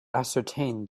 ascertain